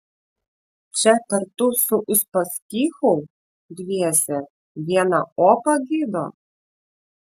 čia kartu su uspaskichu dviese vieną opą gydo